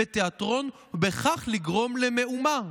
בתיאטרון, ובכך לגרום למהומה,